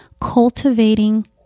cultivating